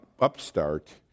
upstart